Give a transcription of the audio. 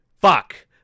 fuck